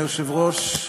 אדוני היושב-ראש,